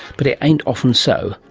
but it ain't often so.